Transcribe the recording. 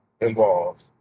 involved